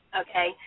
okay